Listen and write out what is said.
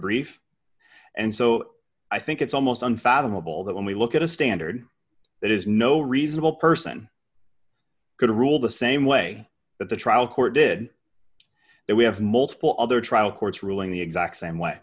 brief and so i think it's almost unfathomable that when we look at a standard that is no reasonable person could rule the same way that the trial court did that we have multiple other trial courts ruling the exact same way